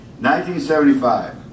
1975